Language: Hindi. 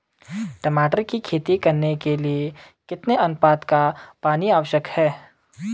टमाटर की खेती करने के लिए कितने अनुपात का पानी आवश्यक है?